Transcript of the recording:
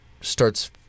starts